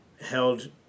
held